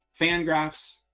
fangraphs